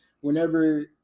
whenever